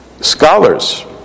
scholars